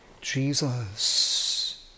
Jesus